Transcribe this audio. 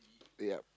yup